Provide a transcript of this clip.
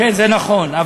מה